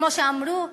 כמו שאמרו,